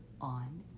on